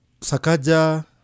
Sakaja